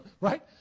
right